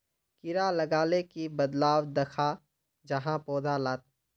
कीड़ा लगाले की बदलाव दखा जहा पौधा लात?